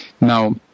now